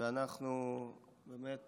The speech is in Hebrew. ואנחנו באמת